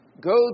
go